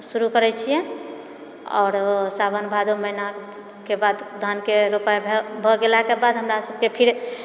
शुरू करै छियै आरो सावन भादौ महीनाके बाद धानके रोपाइ भए भए गेलाके बाद हमरा सभकेँ फिर